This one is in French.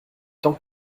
tant